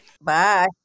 Bye